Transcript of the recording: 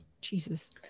jesus